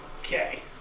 Okay